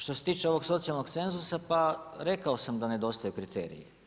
Što se tiče ovog socijalnog cenzusa, pa rekao sam da nedostaju kriteriji.